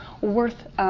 worth